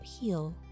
heal